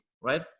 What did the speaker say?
right